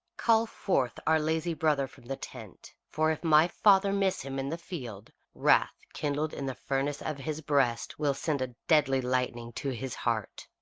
call forth our lazy brother from the tent, for, if my father miss him in the field, wrath, kindled in the furnace of his breast, will send a deadly lightning to his heart.